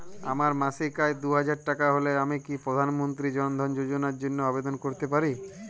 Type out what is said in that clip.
আমার মাসিক আয় দুহাজার টাকা হলে আমি কি প্রধান মন্ত্রী জন ধন যোজনার জন্য আবেদন করতে পারি?